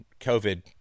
COVID